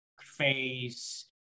face